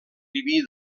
diví